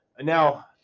Now